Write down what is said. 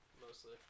Mostly